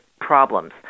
problems